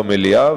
במליאה,